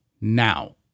now